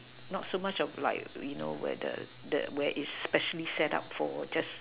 not so much of like you know where the the where is specially set up for just